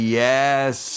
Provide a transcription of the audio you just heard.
yes